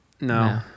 No